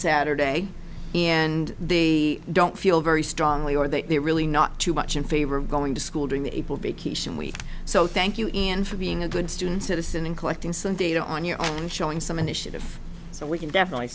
saturday and the don't feel very strongly or that they're really not too much in favor of going to school during the able vacation week so thank you ian for being a good student citizen and collecting some data on your own and showing some initiative so we can definitely